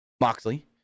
Moxley